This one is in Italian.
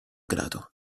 grado